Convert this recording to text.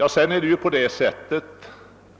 av det här slaget.